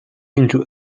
into